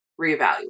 reevaluate